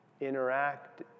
interact